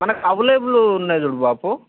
మనకు అవైలబుల్ ఉన్నవి చూడు బాపు